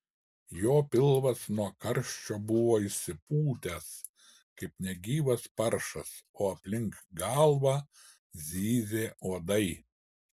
jo pilvas nuo karščio buvo išsipūtęs kaip negyvas paršas o aplink galvą zyzė uodai